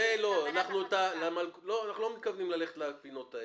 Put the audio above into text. אנחנו לא מתכוונים ללכת לפינות האלה,